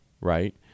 Right